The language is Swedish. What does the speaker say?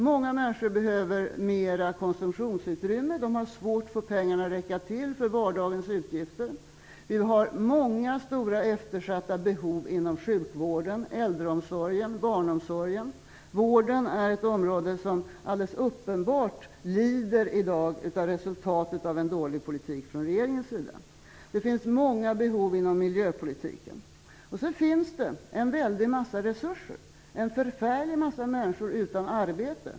Många människor behöver mer konsumtionsutrymme. De har svårt att få pengarna att räcka till för vardagens utgifter. Vi har många och stora eftersatta behov inom sjukvården, äldreomsorgen och barnomsorgen. Vården är ett område som i dag alldeles uppenbart lider av resultatet av en dålig politik från regeringens sida. Det finns många behov inom miljöpolitiken. Det finns också en väldig massa resurser - en förfärlig massa människor utan arbete.